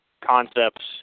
concepts